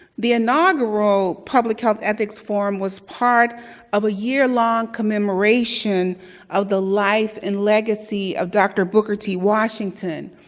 the inaugural public health ethics forum was part of a year-long commemoration of the life and legacy of dr. booker t. washington.